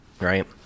right